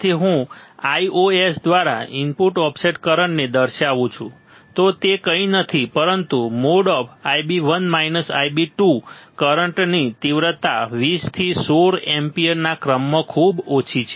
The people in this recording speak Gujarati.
તેથી હું Iios દ્વારા ઇનપુટ ઓફસેટ કરંટને દર્શાવું છું તો તે કંઈ નથી પરંતુ |Ib1 Ib2| કરંટની તીવ્રતા 20 થી 16 એમ્પીયરના ક્રમમાં ખૂબ ઓછી છે